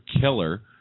killer